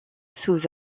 sous